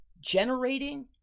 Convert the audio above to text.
generating